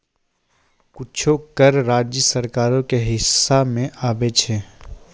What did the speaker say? कुछो कर राज्य सरकारो के हिस्सा मे आबै छै